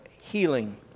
healing